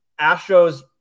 Astros